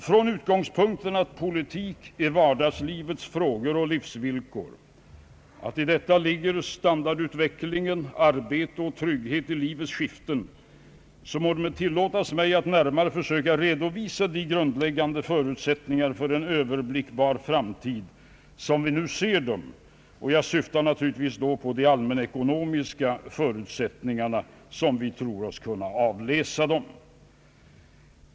Från utgångspunkten att politik är vardagslivets frågor och livsvillkor, att i detta ligger standardutvecklingen, arbete och trygghet i livets skiften, må det tillåtas mig att närmare försöka redovisa de grundläggande förutsättningarna för en öÖöverblickbar framtid som vi nu ser dem. Jag syftar naturligtvis på de allmänekonomiska förutsättningarna sådana vi tror oss kunna avläsa dem.